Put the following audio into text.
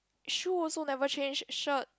shoe also never change shirt